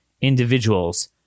individuals